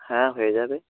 হ্যাঁ হয়ে যাবে